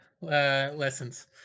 lessons